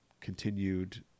continued